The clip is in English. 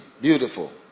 beautiful